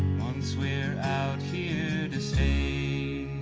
once we're out here to stay